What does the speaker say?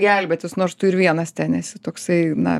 gelbėtis nors tu ir vienas ten esi toksai na